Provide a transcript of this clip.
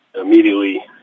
immediately